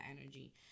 energy